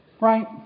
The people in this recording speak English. right